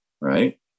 Right